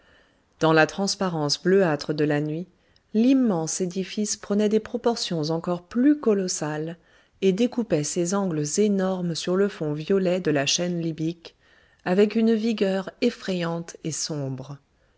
dans la transparence bleuâtre de la nuit l'immense édifice prenait des proportions encore plus colossales et découpait ses angles énormes sur le fond violet de la chaîne libyque avec une vigueur effrayante et sombre